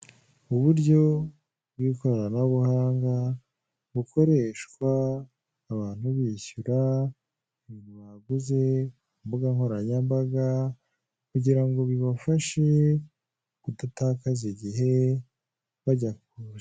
Uburyo bw'ikoranabuhanga bukoreshwa abantu bishyura ibintu baguze ku mbugankoranyambaga kugira ngo bibafashe kudatakaza igihe bajya kubizana.